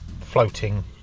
floating